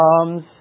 comes